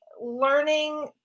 learning